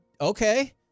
okay